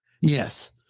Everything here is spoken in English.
Yes